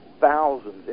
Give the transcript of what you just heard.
thousands